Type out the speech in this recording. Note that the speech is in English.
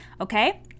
Okay